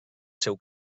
seu